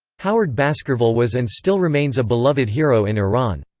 howard baskerville was and still remains a beloved hero in iran.